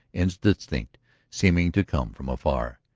indistinct seeming to come from afar.